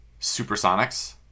Supersonics